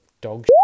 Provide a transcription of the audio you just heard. dog